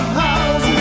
house